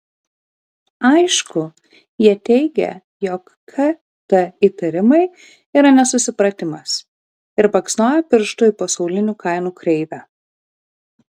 aišku jie teigia jog kt įtarimai yra nesusipratimas ir baksnoja pirštu į pasaulinių kainų kreivę